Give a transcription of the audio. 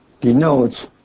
denotes